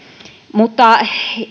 mutta